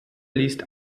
liest